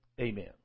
Amen